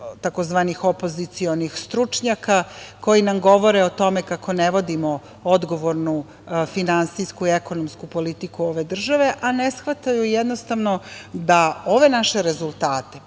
takozvanih opozicionih stručnjaka koji nam govore o tome kako ne vodimo odgovornu finansijsku i ekonomsku politiku ove države. Oni ne shvataju da ove naše rezultate